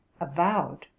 avowed